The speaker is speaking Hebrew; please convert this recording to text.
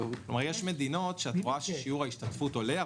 יש מדינות שאת רואה ששיעור ההשתתפות עולה,